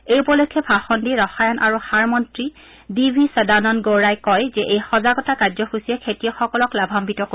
এই উপলক্ষে ভাষণ দি ৰসায়ণ আৰু সাৰ মন্ত্ৰী ডি ভি সদানন্দ গৌড়াই কয় যে এই সজাগতা কাৰ্য্যসূচীয়ে খেতিয়কসকলক লাভান্বিত কৰিব